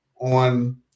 on